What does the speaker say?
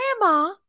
Grandma